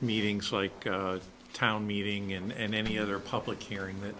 meetings like town meeting and any other public hearing that